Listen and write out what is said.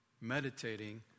meditating